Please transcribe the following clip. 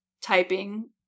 typing